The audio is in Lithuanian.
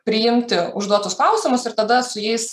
priimti užduotus klausimus ir tada su jais